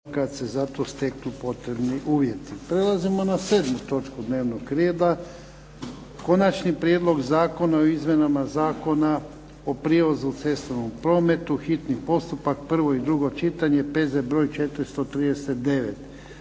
**Jarnjak, Ivan (HDZ)** Prelazimo na 7. točku dnevnog reda. - Konačni prijedlog zakona o izmjenama Zakona o prijevozu u cestovnom prometu, hitni postupak, prvo i drugo čitanje, P.Z. br. 439